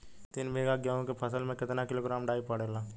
तीन बिघा गेहूँ के फसल मे कितना किलोग्राम डाई पड़ेला?